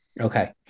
Okay